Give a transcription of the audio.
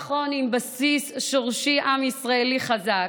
נכון, עם בסיס שורשי עם-ישראלי חזק,